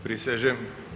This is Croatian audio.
Prisežem.